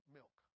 milk